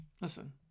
Listen